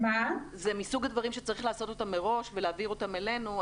זה מסוג הדברים שצריך לעשות אותם מראש ולהעביר אותם אלינו.